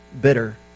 bitter